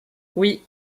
oui